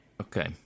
Okay